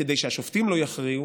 וכדי שהשופטים לא יכריעו,